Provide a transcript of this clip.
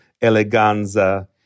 eleganza